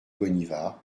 bonnivard